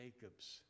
Jacob's